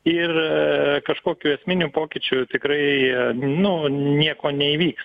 ir kažkokių esminių pokyčių tikrai nu nieko neįvyks